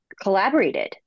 collaborated